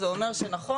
זה אומר שנכון,